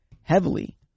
heavily